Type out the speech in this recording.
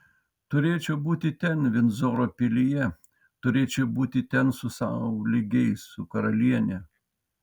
turėčiau būti ten vindzoro pilyje turėčiau būti ten su sau lygiais su karaliene